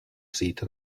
seated